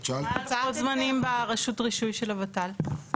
מה לוחות הזמנים ברשות רישוי של הוות"ל?